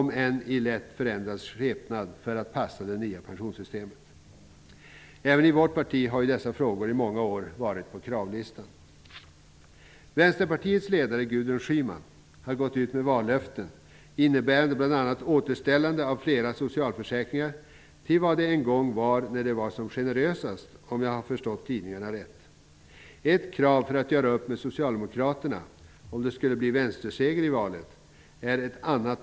Det sker dock i en lätt förändrad skepnad för att passa det nya pensionssystemet. Även i vårt parti har dessa frågor i många år stått på kravlistan. Vänsterpartiets ledare Gudrun Schyman har gått ut med vallöften som bl.a. innebär ett återställande av flera socialförsäkringar till vad de en gång var när de var som generösast, om jag har förstått tidningarna rätt. Ett annat pensionssystem än det här föreslagna är ett krav för att göra upp med Socialdemokraterna om det skulle bli en vänsterseger i valet.